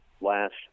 last